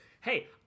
hey